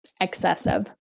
excessive